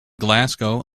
glasgow